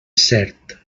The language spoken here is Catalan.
cert